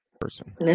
person